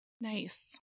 Nice